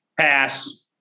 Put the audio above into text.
Pass